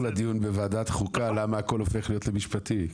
לדיון בוועדת חוקה למה הכל הופך להיות למשפטי.